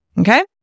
Okay